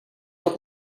tot